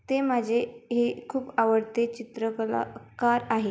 ते माझे हे खूप आवडते चित्रकलाकार आहे